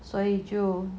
所以就